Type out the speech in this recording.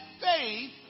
faith